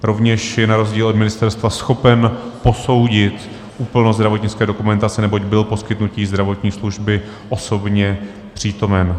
Rovněž je na rozdíl od ministerstva schopen posoudit úplnost zdravotnické dokumentace, neboť byl poskytnutí zdravotní služby osobně přítomen.